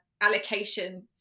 allocation